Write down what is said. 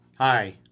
Hi